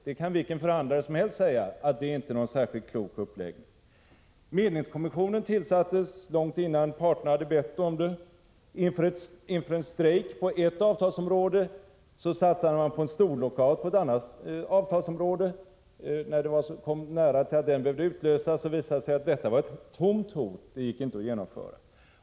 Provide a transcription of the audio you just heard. Det skulle vilken förhandlare som helst säga inte var någon särskilt klok uppläggning. Medlingskommissionen tillsattes långt innan parterna hade bett om det. Inför en strejk på ett avtalsområde satsade man på storlockout på ett annat avtalsområde. När tiden närmade sig för att den skulle utlösas, visade det sig att den var ett tomt hot. Den gick inte att genomföra.